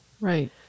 Right